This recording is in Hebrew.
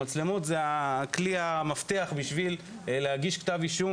המצלמות זה המפתח בשביל להגיש כתב אישום